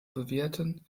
bewerten